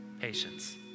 patience